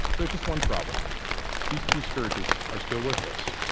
there's just one problem these two scourges are still with us.